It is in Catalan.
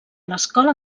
l’escola